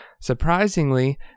Surprisingly